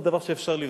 זה דבר שאפשר לבדוק: